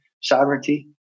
sovereignty